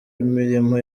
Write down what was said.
imirimo